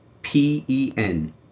P-E-N